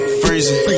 freezing